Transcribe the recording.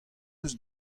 eus